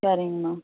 சரிங்கம்மா